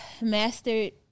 mastered